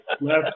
left